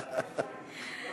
לרעשן.